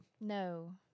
No